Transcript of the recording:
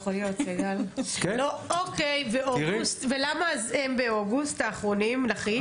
אוקיי, ולמה באוגוסט, האחרונים לכיש?